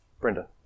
Brenda